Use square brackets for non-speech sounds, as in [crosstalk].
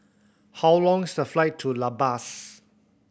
how long [unintelligible] the flight to La Paz